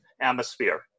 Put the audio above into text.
atmosphere